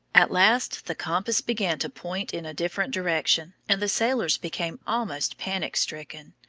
at last the compass began to point in a different direction, and the sailors became almost panic-stricken.